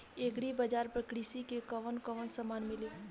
Agri बाजार पर कृषि के कवन कवन समान मिली?